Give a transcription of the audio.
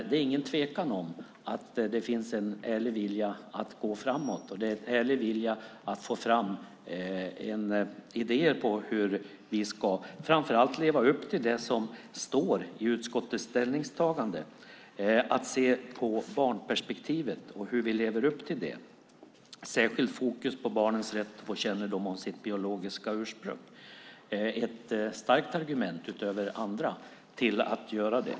Det är ingen tvekan om att det finns en ärlig vilja att gå framåt och en ärlig vilja att få fram idéer om hur vi framför allt ska leva upp till det som står i utskottets ställningstagande om att se på barnperspektivet och hur vi lever upp till det, att särskilt lägga fokus på barnets rätt att få kännedom om sitt biologiska ursprung. Det är ett starkt argument, utöver andra, för att göra det.